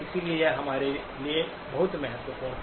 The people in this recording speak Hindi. इसलिए यह हमारे लिए बहुत महत्वपूर्ण है